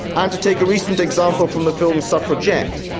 and to take a recent example from the film suffragette,